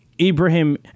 Ibrahim